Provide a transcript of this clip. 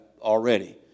already